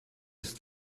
ist